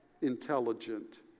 intelligent